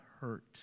hurt